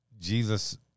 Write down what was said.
jesus